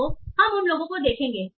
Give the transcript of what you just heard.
तो हम उन लोगों को देखेंगे